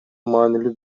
маанилүү